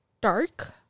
dark